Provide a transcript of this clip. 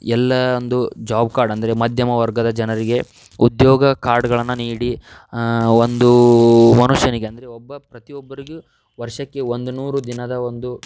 ಎಲ್ಲ ಒಂದು job card ಅಂದರೆ ಮಧ್ಯಮ ವರ್ಗದ ಜನರಿಗೆ ಉದ್ಯೋಗ ಕಾರ್ಡ್ಗಳನ್ನು ನೀಡಿ ಒಂದು ಮನುಷ್ಯನಿಗೆ ಅಂದರೆ ಒಬ್ಬ ಪ್ರತಿಯೊಬ್ಬರಿಗೂ ವರ್ಷಕ್ಕೆ ಒಂದು ನೂರು ದಿನದ ಒಂದು